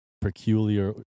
peculiar